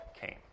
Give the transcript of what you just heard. came